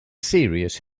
serious